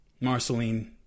Marceline